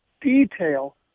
detail